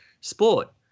Sport